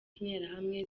interahamwe